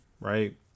right